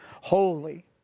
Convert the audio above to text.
holy